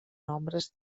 nombres